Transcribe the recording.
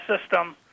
system